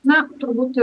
na turbūt